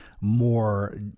more